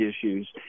issues